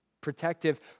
protective